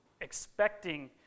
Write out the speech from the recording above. expecting